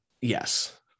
Yes